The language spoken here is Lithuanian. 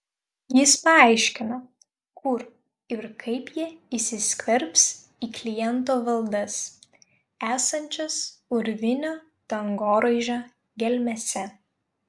jis paaiškino kur ir kaip jie įsiskverbs į kliento valdas esančias urvinio dangoraižio gelmėse